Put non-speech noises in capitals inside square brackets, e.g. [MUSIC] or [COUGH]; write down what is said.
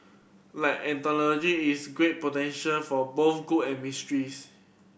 like an technology it's great potential for both good and [UNINTELLIGIBLE]